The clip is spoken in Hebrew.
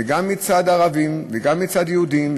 וגם מצד הערבים וגם מצד יהודים,